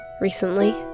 recently